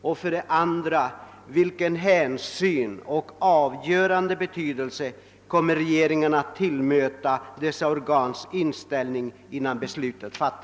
Och vilken hänsyn kommer regeringen att ta till och vilken betydelse kommer regeringen att tillmäta dessa parters inställning vid fattande av beslutet?